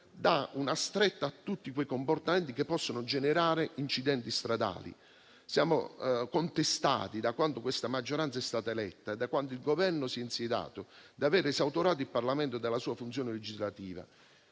dà una stretta a tutti quei comportamenti che possono generare incidenti stradali. Ci viene contestato, da quando questa maggioranza è stata eletta e da quando il Governo si è insediato, di avere esautorato il Parlamento della sua funzione legislativa.